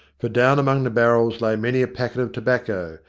for down among the barrels lay many a packet of tobacco,